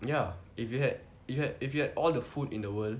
ya if you had you had if you had all the food in the world